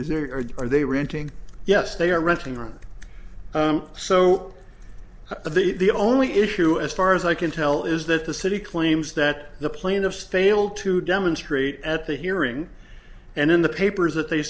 is there or are they reacting yes they are renting a room so of the only issue as far as i can tell is that the city claims that the plaintiffs failed to demonstrate at the hearing and in the papers that they